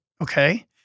okay